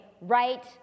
right